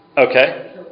Okay